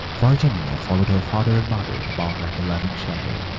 virginia followed her father and mother about like a loving shadow,